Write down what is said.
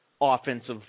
Offensive